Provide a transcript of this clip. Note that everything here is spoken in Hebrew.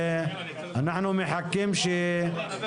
אני יכול לדבר על המוסכים ואני יכול לדבר על כל מיני